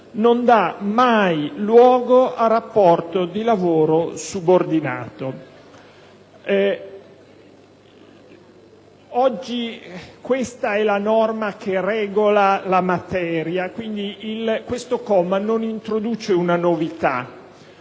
non dà mai luogo a rapporto di lavoro subordinato». Oggi questa è la norma che regola la materia; quindi questo comma non introduce una novità.